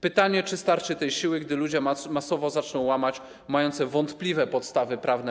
Pytanie, czy starczy tej siły, gdy ludzie masowo zaczną łamać zakazy mające wątpliwe podstawy prawne.